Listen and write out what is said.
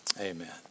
amen